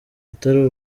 atari